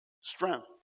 strength